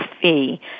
fee